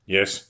Yes